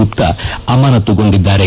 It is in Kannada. ಗುಪ್ತ ಅಮಾನತು ಗೊಂಡಿದ್ದಾರೆ